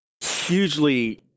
hugely